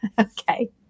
Okay